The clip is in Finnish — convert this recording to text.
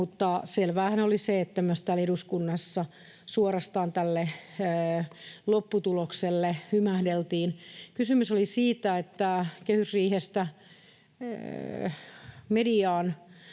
selväähän oli se, että myös täällä eduskunnassa tälle lopputulokselle suorastaan hymähdeltiin. Kysymys oli siitä, että kehysriihestä mediaan